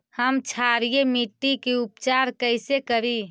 हम क्षारीय मिट्टी के उपचार कैसे करी?